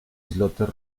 islotes